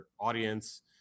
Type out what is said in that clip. audience